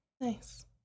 nice